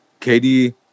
KD